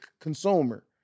consumer